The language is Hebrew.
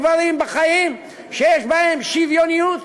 שיש דברים בחיים שיש בהם שוויוניות.